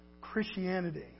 Christianity